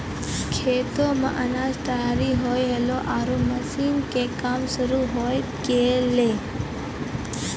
खेतो मॅ अनाज तैयार होल्हों आरो मशीन के काम शुरू होय गेलै